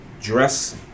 dress